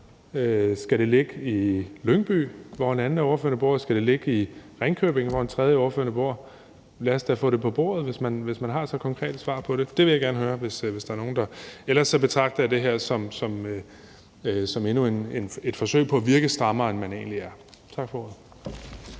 Skal det ligge i Lyngby, hvor en anden af ordførerne bor? Skal det ligge i Ringkøbing, hvor en tredje af ordførerne bor? Lad os da få det på bordet, hvis man har så konkrete svar på det, for dem vil jeg gerne høre. Ellers betragter jeg det her som endnu et forsøg på at virke strammere, end man egentlig er. Tak for ordet.